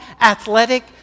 athletic